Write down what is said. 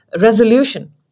resolution